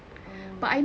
oh